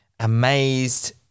amazed